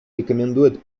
рекомендует